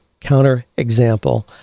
counterexample